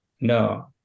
No